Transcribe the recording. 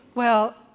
well,